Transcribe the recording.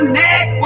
neck